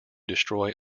destroy